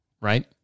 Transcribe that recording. right